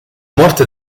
morte